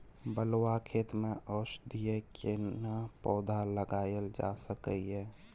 बलुआ खेत में औषधीय केना पौधा लगायल जा सकै ये?